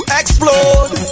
explode